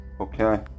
Okay